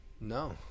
no